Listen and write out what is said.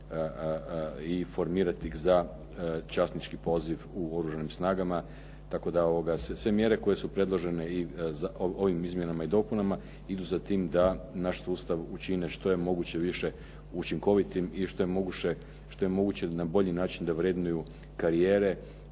i formirati ih za časnički poziv u Oružanim snagama. Tako da sve mjere koje su predložene i ovim izmjenama i dopunama idu za time da naš sustav učine što je moguće više učinkovitim i što je moguće na bolji način da vrednuju karijere